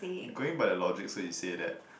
going by the logic so you say that